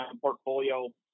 portfolio